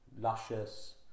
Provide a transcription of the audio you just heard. luscious